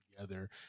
together